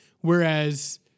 whereas